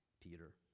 Peter